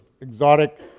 exotic